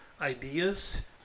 ideas